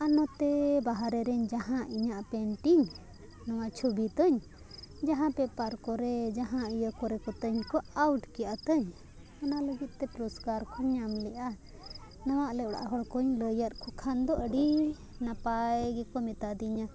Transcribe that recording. ᱟᱨ ᱱᱚᱛᱮ ᱵᱟᱦᱨᱮ ᱨᱮᱱ ᱡᱟᱦᱟᱸ ᱤᱧᱟᱹᱜ ᱯᱮᱱᱴᱤᱝ ᱱᱚᱣᱟ ᱪᱷᱚᱵᱤᱛᱟᱹᱧ ᱡᱟᱦᱟᱸ ᱯᱮᱯᱟᱨ ᱠᱚᱨᱮ ᱡᱟᱦᱟᱸ ᱤᱭᱟᱹ ᱠᱚᱨᱮ ᱠᱚᱛᱮᱧ ᱠᱚ ᱟᱣᱩᱴ ᱠᱮᱜᱼᱟ ᱛᱤᱧ ᱚᱱᱟ ᱞᱟᱹᱜᱤᱫᱼᱛᱮ ᱯᱩᱨᱚᱥᱠᱟᱨ ᱠᱚ ᱧᱟᱢ ᱞᱮᱜᱼᱟ ᱱᱚᱣᱟ ᱟᱞᱮ ᱚᱲᱟᱜ ᱦᱚᱲ ᱠᱚᱧ ᱞᱟᱹᱭᱟᱫ ᱠᱚ ᱠᱷᱟᱱ ᱫᱚ ᱟᱹᱰᱤ ᱱᱟᱯᱟᱭ ᱜᱮᱠᱚ ᱢᱮᱛᱟ ᱫᱤᱧᱟᱹ